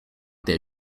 their